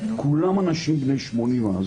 כולם אנשים בני 80 אז.